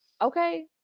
Okay